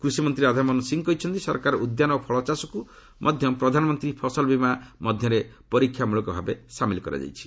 କୃଷିମନ୍ତ୍ରୀ ରାଧାମୋହନ ସିଂ କହିଛନ୍ତି ସରକାର ଉଦ୍ୟାନ ଓ ଫଳ ଚାଷକୁ ମଧ୍ୟ ପ୍ରଧାନମନ୍ତ୍ରୀ ଫସଲ ବୀମା ମଧ୍ୟରେ ପରୀକ୍ଷାମୂଳକ ଭାବେ ସାମିଲ କରିଛନ୍ତି